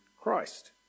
Christ